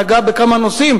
נגעה בכמה נושאים.